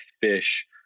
fish